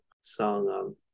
song